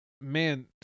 man